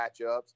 matchups